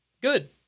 Good